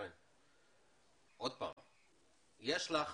יש לך